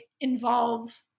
involve